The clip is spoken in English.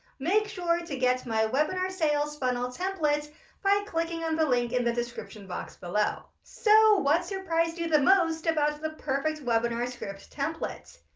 make sure to get my webinar sales funnel template by clicking on the link in the description box below. so what surprised you the most about the perfect webinar script template?